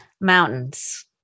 Mountains